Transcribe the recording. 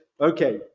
okay